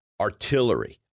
artillery